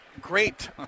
great